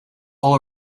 all